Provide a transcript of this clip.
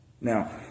Now